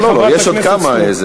יש עוד כמה.